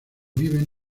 viven